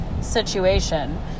situation